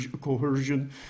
coercion